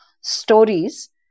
stories